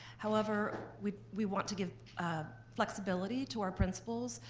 however, we we want to give flexibility to our principals,